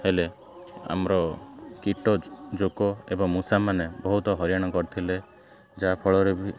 ହେଲେ ଆମର କୀଟ ଯୋକ ଏବଂ ମୂଷାମାନେ ବହୁତ ହଇରାଣ କରିଥିଲେ ଯାହାଫଳରେ କି